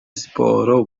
siporo